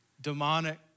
Demonic